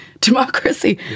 democracy